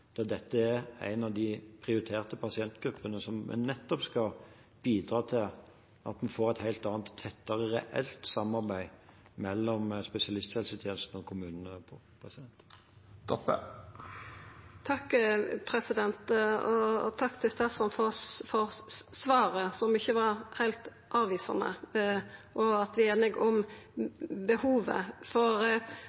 Dette er en av de prioriterte pasientgruppene som vi skal bidra til at en får et helt annet, tettere og reelt samarbeid mellom spesialisthelsetjenesten og kommunen om. Takk for svaret, som ikkje var heilt avvisande. Vi er einige om